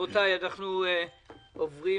אנחנו עוברים